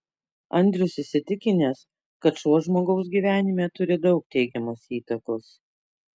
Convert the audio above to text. andrius įsitikinęs kad šuo žmogaus gyvenimui turi daug teigiamos įtakos